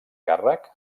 càrrec